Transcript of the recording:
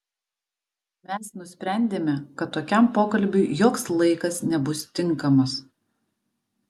mes nusprendėme kad tokiam pokalbiui joks laikas nebus tinkamas